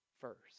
first